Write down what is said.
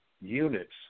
units